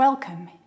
Welcome